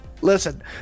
Listen